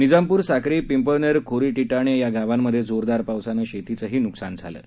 निजामपूर साक्री पिंपळनेर खोरी टिटाणे या गावांमध्ये जोरदार पावसानं शेतीचंही न्कसान झाल आहे